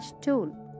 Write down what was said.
tool